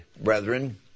brethren